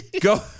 Go